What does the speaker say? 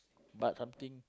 but something